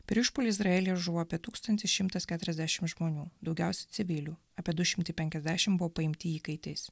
per išpuolį izraelyje žuvo apie tūkstantis šimtas keturiasdešim žmonių daugiausiai civilių apie du šimtai penkiasdešim buvo paimti įkaitais